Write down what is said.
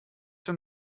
wenn